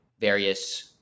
various